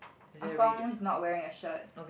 ah gong is not wearing a shirt